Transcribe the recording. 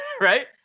right